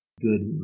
good